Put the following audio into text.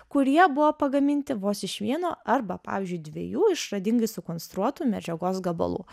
kurie buvo pagaminti vos iš vieno arba pavyzdžiui dviejų išradingai sukonstruotų medžiagos gabalų